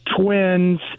twins